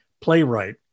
playwright